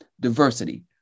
diversity